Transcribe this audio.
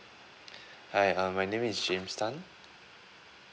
hi uh my name is james tan